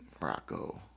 Rocco